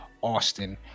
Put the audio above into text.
Austin